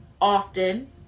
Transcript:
often